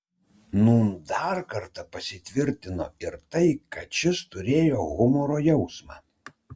nūn dar kartą pasitvirtino ir tai kad šis turėjo humoro jausmą